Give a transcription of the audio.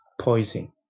poison